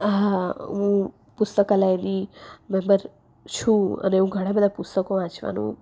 હા હું પુસ્તકાલયની મેમ્બર છું અને હું ઘણા બધા પુસ્તકો વાંચવાનું